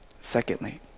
Secondly